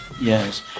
Yes